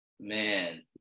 Man